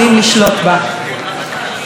חברות וחברים,